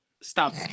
Stop